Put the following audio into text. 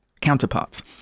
counterparts